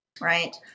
Right